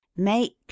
Make